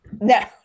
No